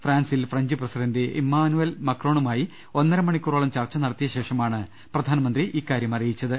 ഫ്രാൻസിൽ French president Emmanuel മക്രോണുമായി ഒന്നര മണിക്കൂറോളം ചർച്ച നടത്തിയ ശേഷമാണ് പ്രധാനമന്ത്രി ഇക്കാരൃം അറി യിച്ചത്